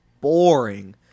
boring